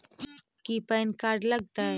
की PAN card लग तै?